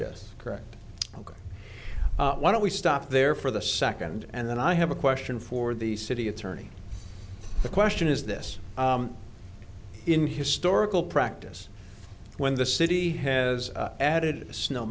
yes correct why don't we stop there for the second and then i have a question for the city attorney the question is this in historical practice when the city has added a snow